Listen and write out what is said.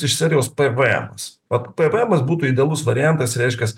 iš serijos pvemas vat pvemas būtų idealus variantas reiškias